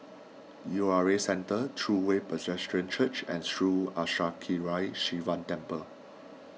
U R A Centre True Way Presbyterian Church and Sri Arasakesari Sivan Temple